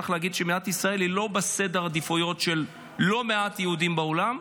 צריך להגיד שמדינת ישראל היא לא בסדר העדיפויות של לא מעט יהודים בעולם.